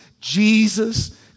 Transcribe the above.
Jesus